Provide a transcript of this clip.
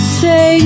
say